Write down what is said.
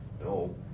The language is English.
No